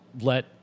let